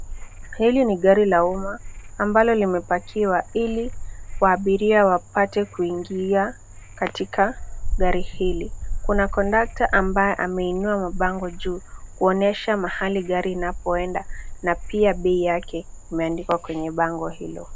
Hili ni gari la umma ambalo limepakiwa ili abiria wapate kuingia katika gari hii. Kuna kondakta ambaye ameinua mabango juu kuonyesha mahali gari inapoenda na pia bei yake imeandikwa kwenye bango hilo.